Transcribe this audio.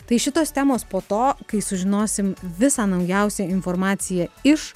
tai šitos temos po to kai sužinosim visą naujausią informaciją iš